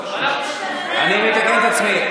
אני מתקן את עצמי.